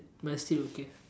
but it's still okay